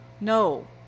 No